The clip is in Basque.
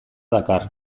dakar